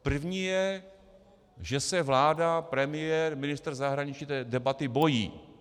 První je, že se vláda, premiér, ministr zahraničí té debaty bojí.